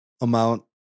amount